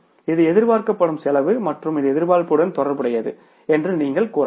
இது எதிர்பார்க்கப்படும் செலவு மற்றும் இது எதிர்பார்ப்புகளுடன் தொடர்புடையது என்று நீங்கள் கூறலாம்